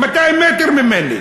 200 מטר ממני.